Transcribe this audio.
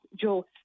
Joe